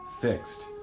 fixed